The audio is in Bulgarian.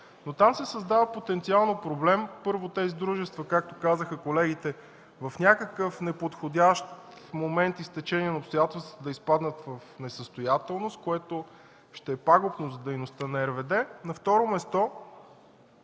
обаче се създава потенциален проблем: първо, тези дружества, както казаха колегите, в някакъв неподходящ момент и стечение на обстоятелствата да изпаднат в несъстоятелност, което ще е пагубно за дейността на РВД. На второ място,